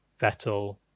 Vettel